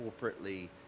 corporately